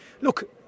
look